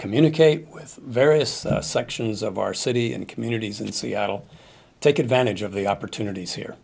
communicate with various sections of our city and communities in seattle take advantage of the opportunities here